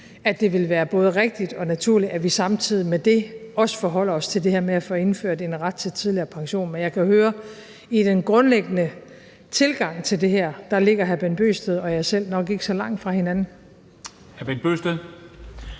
at det vil være både rigtigt og naturligt, at vi samtidig med det også forholder os til det her med at få indført en ret til tidligere pension, men jeg kan høre, at i den grundlæggende tilgang til det her ligger hr. Bent Bøgsted og jeg selv nok ikke så langt fra hinanden. Kl. 00:13